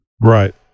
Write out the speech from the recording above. right